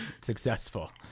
successful